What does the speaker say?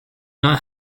not